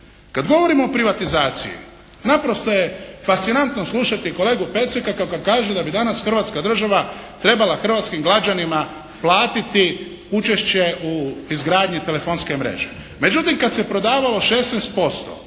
Kad govorimo o privatizaciji naprosto je fascinantno slušati kolegu Peceka kad kaže da bi danas Hrvatska država trebala hrvatskim građanima platiti učešće u izgradnji telefonske mreže.